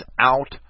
out